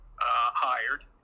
hired